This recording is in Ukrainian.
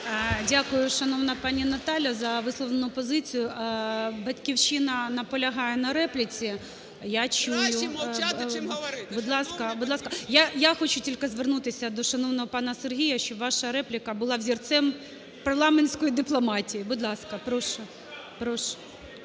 Дякую, шановна пані Наталя за висловлену позицію. "Батьківщина" наполягає на репліці. Я чую. Будь ласка, я хочу тільки звернутися до шановного пана Сергія, щоб ваша репліка була взірцем парламентської дипломатії. Будь ласка, прошу.